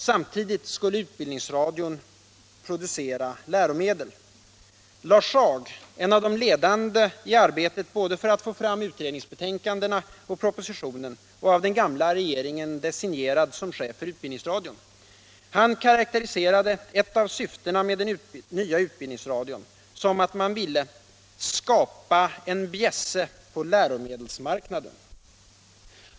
Samtidigt skulle utbildningsradion producera läromedel. Lars Ag — en av de ledande i arbetet både för att få fram utredningsbetänkandena och för att få fram propositionen och av den gamla regeringen designerad som chef för utbildningsradion — karakteriserade ett av syftena med den nya utbildningsradion som att man ville ”skapa en bjässe på läromedelsmarknaden”.